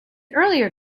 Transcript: earlier